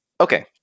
Okay